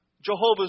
Jehovah's